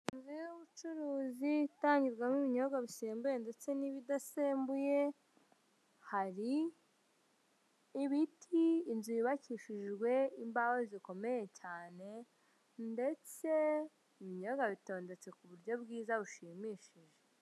Inzu y'ubucuruzi itangirwazwamo ibinyobwa bisembuye ndetse n'ibidasembuye hari ibiti, inzu yubakishijwe imbaho zikomeye cyane ndetse ibinyobwa bitondetse ku buryo bwiza bushimishije.